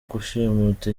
gushimuta